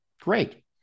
Great